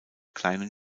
kleinen